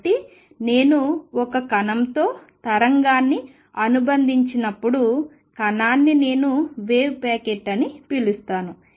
కాబట్టి నేను ఒక కణంతో తరంగాన్ని అనుబంధించినప్పుడు కణాన్ని నేను వేవ్ ప్యాకెట్ అని పిలుస్తాను